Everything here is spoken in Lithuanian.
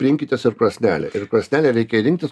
rinkitės ir krosnelę ir krosnelę reikia rinktis